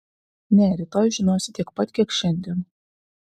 ne rytoj žinosi tiek pat kiek šiandien